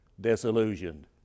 disillusioned